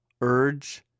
urge